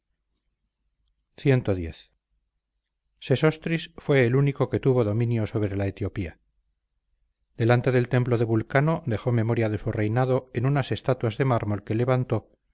cx sesostris fue el único que tuvo dominio sobre la etiopía delante del templo de vulcano dejó memoria de su reinado en unas estatuas de mármol que levantó